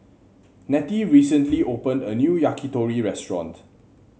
Nettie recently opened a new Yakitori Restaurant